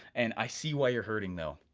and i see why you're hurting though.